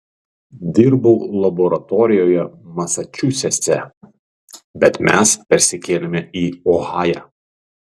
dirbau laboratorijoje masačusetse bet mes persikėlėme į ohają